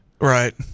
right